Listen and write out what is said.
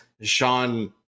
Sean